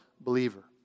believer